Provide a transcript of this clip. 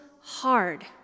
hard